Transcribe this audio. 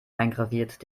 eingraviert